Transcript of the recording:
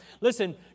listen